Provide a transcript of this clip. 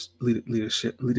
leadership